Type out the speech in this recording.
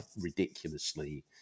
ridiculously